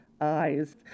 eyes